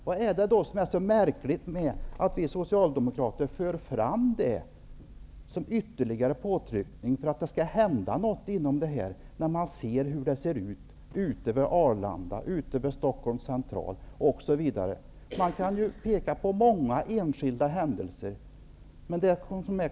Vad är det som är så märkligt med att vi socialdemokrater för fram detta som en ytterligare påtryckning för att något skall hända mot bakgrund av hur det ser ut vid Arlanda, vid Stockholms central osv? Man kan peka på många enskilda händelser.